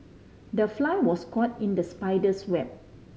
the fly was caught in the spider's web